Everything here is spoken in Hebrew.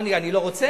מה, אני לא רוצה?